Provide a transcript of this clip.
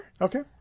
Okay